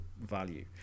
value